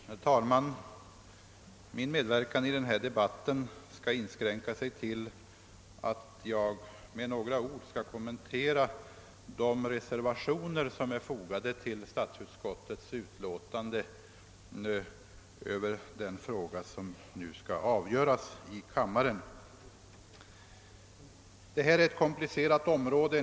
Herr talman! Min medverkan i denna debatt skall inskränka sig till att jag med några ord kommenterar de reservationer som är fogade vid statsutskottets utlåtande över den fråga som nu skall avgöras av riksdagen. Detta är ett komplicerat område.